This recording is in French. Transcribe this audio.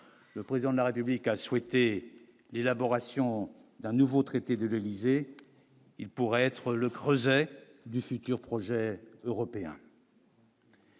le président de la République a souhaité l'élaboration d'un nouveau traité de l'Élysée, il pourrait être le creuset d'ici qui au projet européen.